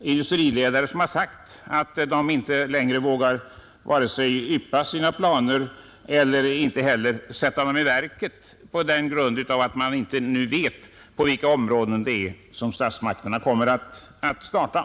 industriledare säga att de inte längre vågar yppa sina planer eller sätta dem i verket med anledning av att de nu inte vet på vilka områden statsmakterna kommer att starta företagsverksamhet.